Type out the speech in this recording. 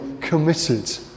committed